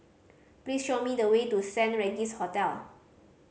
please show me the way to Saint Regis Hotel